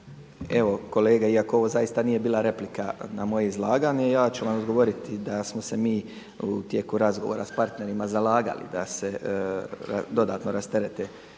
Evo kolege, iako ovo zaista nije bila replika na moje izlaganje, ja ću vam odgovoriti da smo se mi u tijeku razgovora sa partnerima zalagali da se dodatno rasterete